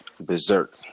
berserk